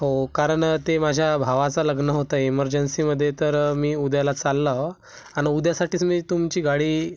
हो कारण ते माझ्या भावाचं लग्न होतं एमर्जन्सीमध्ये तर मी उद्याला चाललो आणि उद्यासाठीच मी तुमची गाडी